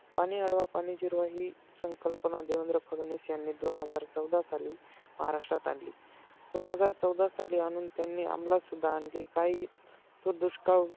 पाणी अडवा पाणी जिरवा ही संकल्पना देवेंद्र फडणवीस यांनी दोन हजार चौदा साली महाराष्ट्रात आणली दोन हजार चौदा साली आणून त्यांनी अमलातसुद्धा आणली काही दुष्काळ व